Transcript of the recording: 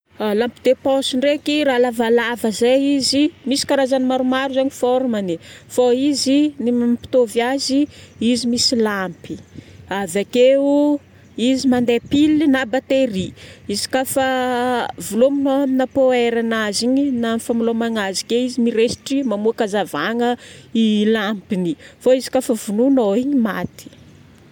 Lampe de poche ndraiky raha lavalava zay izy. Misy karazagny maromaro zaigny forme-ny ai. Fô izy ny mampitovy azy izy misy lampy. Avakeo, izy mandeha pile na batterie. Izy ka fa vilomigna amina poweranazy igny na famelomagna azy ke izy mirezitry mamoaka hazavagna i lampiny. Fa izy ka fa vonoanao igny maty.